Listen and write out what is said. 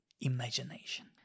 imagination